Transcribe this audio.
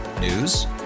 News